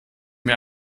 mir